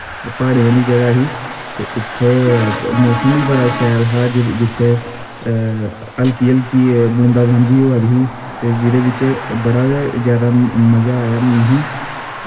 प्हाड़ें आह्ली जगा ही ते उत्थें मौसम बी बड़ा शैल हा जित्थे हल्की हल्की बूंदा बांदी होआ दी ही ते जेह्दे बिच्च बड़ा गै जादा मज़ा आया